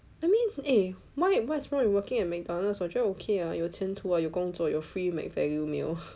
I mean eh why what's wrong with working at McDonald's 我觉得 ok ah 有前途有工作有 free Mac value meal